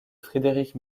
frédéric